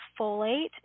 folate